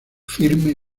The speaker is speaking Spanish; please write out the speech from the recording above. firme